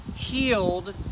Healed